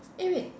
eh wait